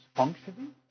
functioning